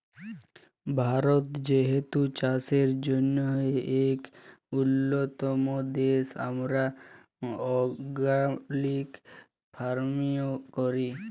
ভারত যেহেতু চাষের জ্যনহে ইক উল্যতম দ্যাশ, আমরা অর্গ্যালিক ফার্মিংও ক্যরি